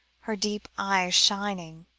her deep eyes shining.